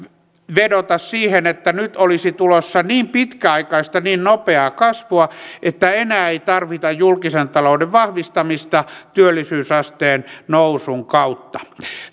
vedota siihen että nyt olisi tulossa niin pitkäaikaista niin nopeaa kasvua että enää ei tarvita julkisen talouden vahvistamista työllisyysasteen nousun kautta